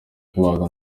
kubaga